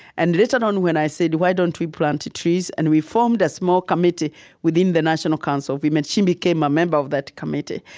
and later on, when i said, why don't we plant trees? and we formed a small committee within the national council of women. she became a member of that committee,